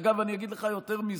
אגב, אני אגיד לך יותר מזה: